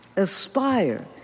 aspire